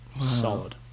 Solid